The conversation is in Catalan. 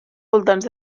voltants